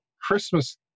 Christmas